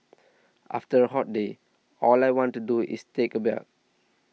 after a hot day all I want to do is take a bath